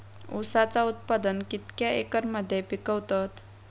ऊसाचा उत्पादन कितक्या एकर मध्ये पिकवतत?